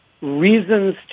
reasons